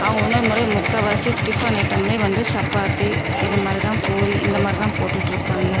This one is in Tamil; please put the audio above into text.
அவங்க உணவு முறை முக்கால்வாசி டிபன் ஐட்டமே வந்து சப்பாத்தி இது மாதிரி தான் பூரி இந்த மாதிரி தான் போட்டுட்டுருப்பாங்க